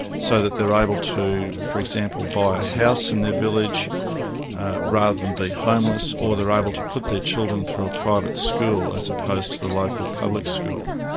so that they're able to, for example, buy a house in their village rather than be homeless, or they're able to put their children through a private school as opposed to the local public school.